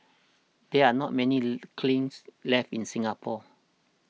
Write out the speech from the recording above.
there are not many Lee kilns left in Singapore